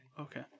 Okay